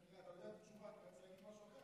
אתה יודע את התשובה ואתה רוצה להגיד משהו אחר,